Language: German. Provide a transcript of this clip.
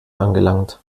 angelangt